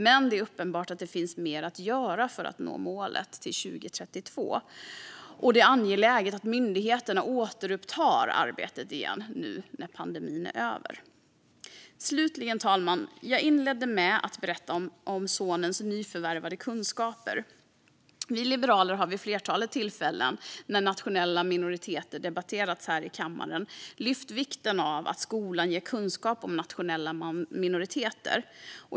Men det är uppenbart att det finns mer att göra för att nå målet till 2032, och det är angeläget att myndigheterna återupptar arbetet igen nu när pandemin är över. Fru talman! Jag inledde med att berätta om sonens nyförvärvade kunskaper. Vi liberaler har vid flertalet tillfällen när nationella minoriteter debatterats här i kammaren lyft fram vikten av att skolan ger kunskap om nationella minoriteter.